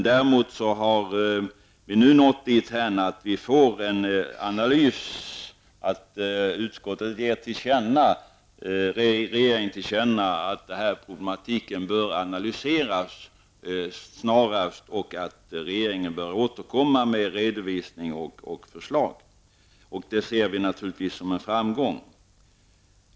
Däremot ger utskottet regeringen till känna att dessa problem bör analyseras snarast och att regeringen bör återkomma med redovisning och förslag. Det ser vi naturligtvis som en framgång.